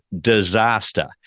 disaster